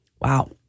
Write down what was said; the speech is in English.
Wow